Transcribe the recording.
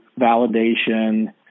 validation